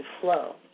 flow